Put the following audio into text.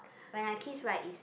when I kiss right is